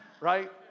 Right